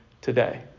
today